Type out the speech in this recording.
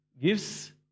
gives